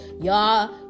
y'all